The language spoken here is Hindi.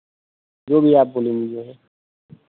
जो भी आप बोलेंगी वो है